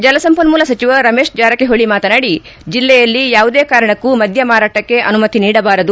ಜಲಸಂಪನ್ನೂಲ ಸಚಿವ ರಮೇತ್ ಜಾರಕಿಹೊಳ ಮಾತನಾಡಿ ಜಲ್ಲೆಯಲ್ಲಿ ಯಾವುದೇ ಕಾರಣಕ್ಕೂ ಮದ್ಯ ಮಾರಾಟಕ್ಕೆ ಅನುಮತಿ ನೀಡಬಾರದು